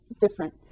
different